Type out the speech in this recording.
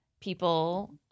people